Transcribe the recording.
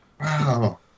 Wow